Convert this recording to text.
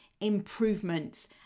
improvements